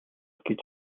гэж